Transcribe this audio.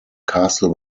castle